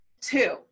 two